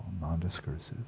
non-discursive